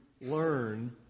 learn